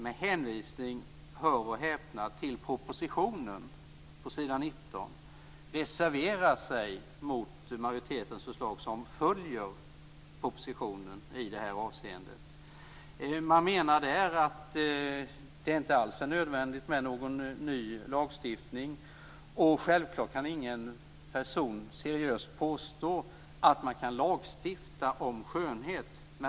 Med hänvisning - hör och häpna! - till s. 19 i propositionen reserverar man sig mot majoritetens förslag, som följer propositionen i det här avseendet. Man menar att det inte alls är nödvändigt med en ny lagstiftning. Självklart kan inte någon seriöst påstå att man kan lagstifta om skönhet.